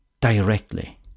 directly